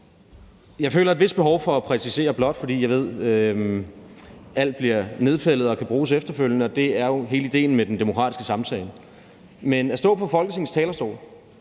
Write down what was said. Jeg føler et vist behov for at præcisere noget her, blot fordi jeg ved, at alt bliver nedfældet og kan bruges efterfølgende, og det er jo hele idéen med den demokratiske samtale. Men at stå på Folketingets talerstol